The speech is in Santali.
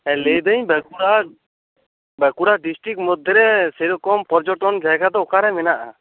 ᱦᱮᱸ ᱞᱟᱹᱭᱫᱟᱹᱧ ᱵᱟᱹᱠᱩᱲᱟ ᱵᱟᱹᱠᱩᱲᱟ ᱰᱤᱥᱴᱤᱠ ᱢᱚᱫᱽᱫᱷᱮ ᱨᱮ ᱥᱮ ᱨᱚᱠᱚᱢ ᱯᱚᱨᱡᱚᱴᱚᱱ ᱡᱟᱭᱜᱟ ᱫᱚ ᱚᱠᱟ ᱨᱮ ᱢᱮᱱᱟᱜ ᱟ